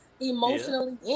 Emotionally